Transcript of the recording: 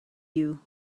you